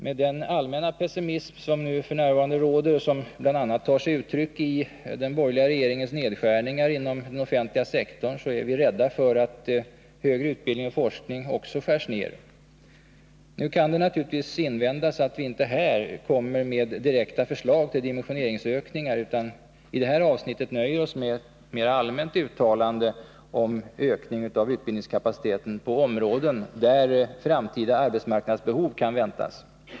Med den allmänna pessimism som f. n. råder och som bl.a. tar sig uttryck i den borgerliga regeringens nedskärningar inom den offentliga sektorn, är vi rädda för att högre utbildning och forskning också skärs ned. Nu kan det naturligtvis invändas att vi inte här kommer med direkta förslag till dimensioneringsökningar utan i detta avsnitt nöjer oss med ett mer allmänt uttalande om ökning av utbildningskapaciteten på områden där framtida arbetsmarknadsbehov kan väntas.